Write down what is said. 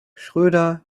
schröder